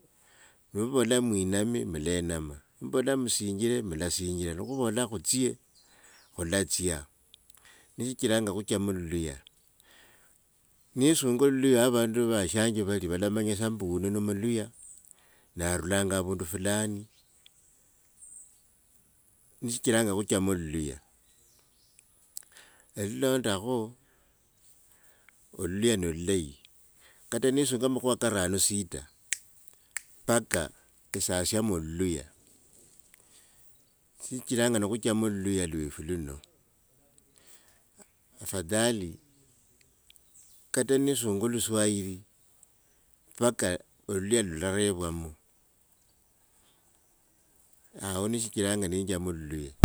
Vavola mwiname mulemama mbola musunjile mulasinjila, nikhuvola khutsye khulatsya, nisho shichilanga nikhuchama oluliya. Nesunga oluluya wa vandu vashange vali valamatsa ombu uno no muluhya na arulanga avundu fulani, nisho shichilanga nikhuchama oluluya. lulondakhu oluluhya no lulaye kate nesunga amakhuva karano sita, baka esasiomo oluluya, sitsilanga nikhuchama oluluhya lwefu luno afadhali kata nesunga oluswahili, paka oluluhya lulawerwamo akho nisho shichilanga nenjama oluluhya.